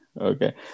Okay